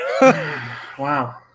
Wow